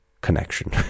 connection